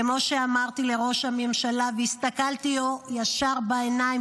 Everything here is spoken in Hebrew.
כמו שאמרתי לראש הממשלה והסתכלתי לו ישר בעיניים,